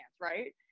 right